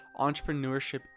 Entrepreneurship